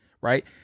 Right